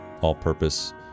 all-purpose